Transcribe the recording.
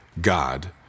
God